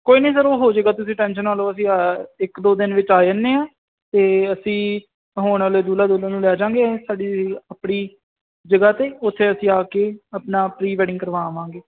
ਕੋਈ ਨਹੀਂ ਸਰ ਉਹ ਹੋ ਜਾਏਗਾ ਤੁਸੀਂ ਟੈਂਸ਼ਨ ਨਾ ਲਓ ਅਸੀਂ ਇੱਕ ਦੋ ਦਿਨ ਵਿੱਚ ਆ ਜਾਂਦੇ ਹਾਂ ਅਤੇ ਅਸੀਂ ਹੋਣ ਵਾਲੇ ਦੂਲਾ ਦੁਲਹਨ ਨੂੰ ਲੈ ਜਾਂਗੇ ਸਾਡੀ ਆਪਣੀ ਜਗ੍ਹਾ 'ਤੇ ਉੱਥੇ ਅਸੀਂ ਆ ਕੇ ਆਪਣਾ ਪ੍ਰੀ ਵੈਡਿੰਗ ਕਰਵਾਵਾਂਗੇ